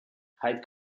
hyde